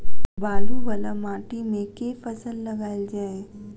बालू वला माटि मे केँ फसल लगाएल जाए?